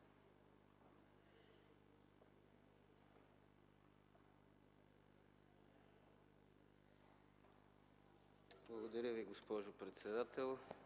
Благодаря Ви, госпожо председател.